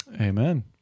Amen